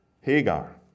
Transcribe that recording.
Hagar